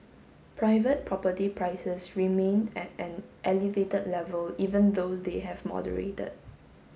private property prices remained at an elevated level even though they have moderated